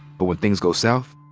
but when things go south?